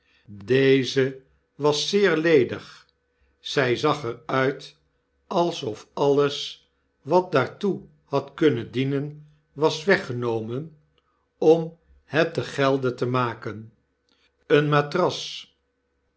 deze was zeer ledig zij zag er uit alsof alles wat daartoe had kunnen dienen was weggenomen om het te gelde te maken eene matras